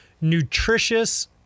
nutritious